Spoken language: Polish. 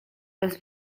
bez